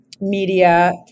media